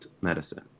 medicine